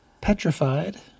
petrified